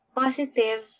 positive